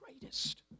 greatest